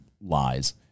lies